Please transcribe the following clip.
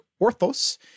orthos